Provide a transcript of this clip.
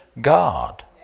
God